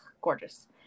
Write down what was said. gorgeous